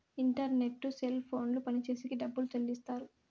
internet cell ఫోన్లు పనిచేసేకి డబ్బులు చెల్లిస్తారు